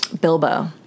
Bilbo